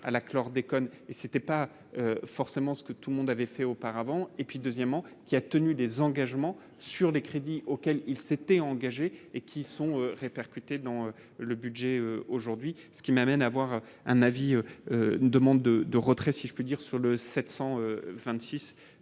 à la chlordécone et ce n'était pas forcément ce que tout le monde avait fait auparavant et puis deuxièmement. Qui a tenu des engagements sur les crédits auxquels il s'était engagé, et qui sont répercutés dans le budget aujourd'hui ce qui m'amène à avoir un avis demande de retrait si je puis dire, sur le 726